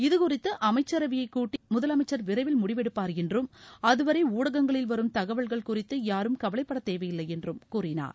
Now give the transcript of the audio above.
இதுகுறித்து அமைச்சரவையை கூட்டி முதலமைச்சர் விரைவில் முடிவெடுப்பார் என்றும் அதுவரை ஊடகங்களில் வரும் தகவல்கள் குறித்து யாரும் கவவைப்பட தேவையில்லை என்றும் கூறினார்